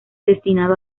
destinado